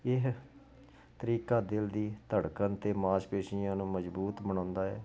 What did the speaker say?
ਇਹ ਤਰੀਕਾ ਦਿਲ ਦੀ ਧੜਕਣ ਅਤੇ ਮਾਸਪੇਸ਼ੀਆਂ ਨੂੰ ਮਜ਼ਬੂਤ ਬਣਾਉਂਦਾ ਹੈ